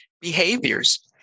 behaviors